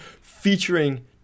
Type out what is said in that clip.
featuring